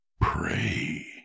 pray